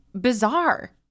bizarre